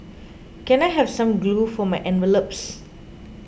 can I have some glue for my envelopes